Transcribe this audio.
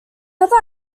other